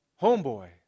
homeboy